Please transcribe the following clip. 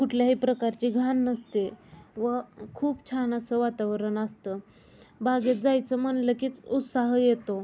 कुठल्याही प्रकारची घाण नसते व खूप छान असं वातावरण असतं बागेत जायचं म्हटलं कीच उत्साह येतो